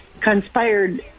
conspired